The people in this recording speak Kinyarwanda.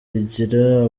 igira